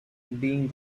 being